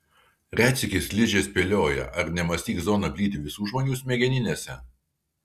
retsykiais ližė spėlioja ar nemąstyk zona plyti visų žmonių smegeninėse